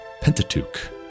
Pentateuch